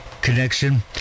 connection